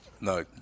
No